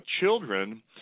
children